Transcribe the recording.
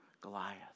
Goliath